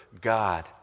God